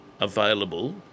available